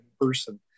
person